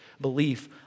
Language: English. belief